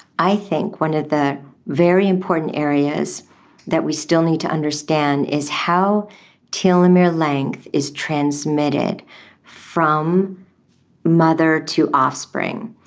i think one of the very important areas that we still need to understand is how telomere length is transmitted from mother to offspring,